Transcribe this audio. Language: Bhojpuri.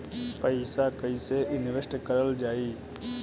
पैसा कईसे इनवेस्ट करल जाई?